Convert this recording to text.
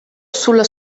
sulla